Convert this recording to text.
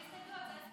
אמרנו בלי הסתייגויות,